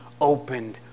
opened